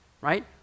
right